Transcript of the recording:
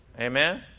Amen